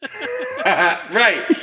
Right